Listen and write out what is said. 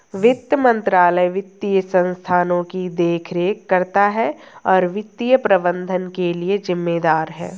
वित्त मंत्रालय वित्तीय संस्थानों की देखरेख करता है और वित्तीय प्रबंधन के लिए जिम्मेदार है